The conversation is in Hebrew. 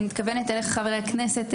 אני מתכוונת אליך חבר הכנסת,